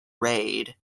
raid